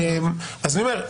אז אני אומר,